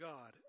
God